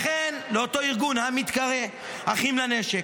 לכן, לאותו ארגון המתקרא אחים לנשק,